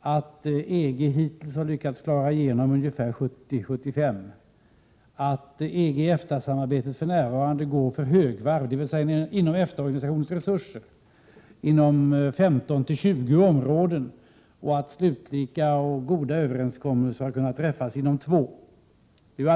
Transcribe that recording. att EG hittills lyckats klara av ungefär 70-75 av dessa, att EFTA-organisationens resurser för närvarande går på högvarv för att klara EG-EFTA-samarbetet inom 15-20 områden och att slutliga och goda överenskommelser har kunnat träffas inom två områden.